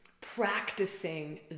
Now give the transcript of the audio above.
practicing